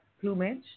plumage